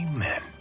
Amen